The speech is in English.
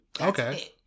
Okay